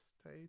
state